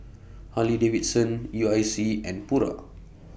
Harley Davidson U I C and Pura